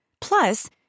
Plus